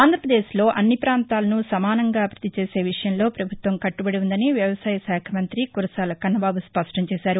ఆంధ్రప్రదేశ్లో అన్ని ప్రాంతాలను సమానంగా అభివృద్ది చేసే విషయంలో ప్రభుత్వం కట్టబడి వుందని వ్యవసాయ శాఖ మంతి కురసాల కన్నబాబు స్పష్టంచేశారు